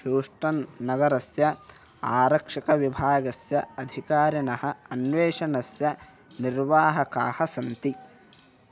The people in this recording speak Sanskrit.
ह्यूस्टन् नगरस्य आरक्षकविभागस्य अधिकारिणः अन्वेषणस्य निर्वाहकाः सन्ति